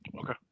Okay